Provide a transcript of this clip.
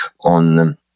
on